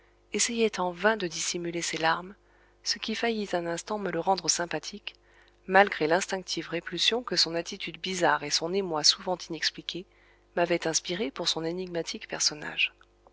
essayait en vain de dissimuler ses larmes ce qui faillit un instant me le rendre sympathique malgré l'instinctive répulsion que son attitude bizarre et son émoi souvent inexpliqué m'avaient inspirée pour son énigmatique personnage